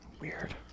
Weird